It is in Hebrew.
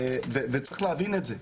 וצריך להבין את זה,